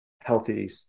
healthy